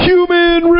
Human